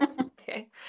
okay